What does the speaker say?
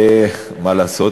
אתה אומר